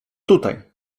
tutaj